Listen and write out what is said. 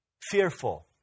fearful